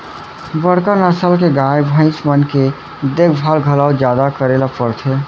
बड़का नसल के गाय, भईंस मन के देखभाल घलौ जादा करे ल परथे